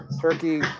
turkey